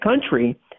country